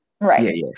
Right